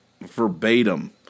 verbatim